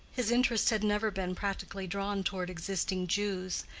his interest had never been practically drawn toward existing jews,